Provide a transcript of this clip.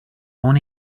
own